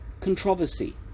Controversy